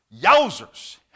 Yowzers